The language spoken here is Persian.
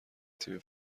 تیم